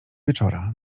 wieczora